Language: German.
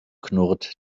knurrt